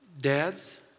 dads